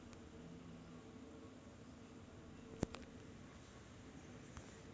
काळी मिरी ही पिपेरासाए कुटुंबातील फुलांची वेल आहे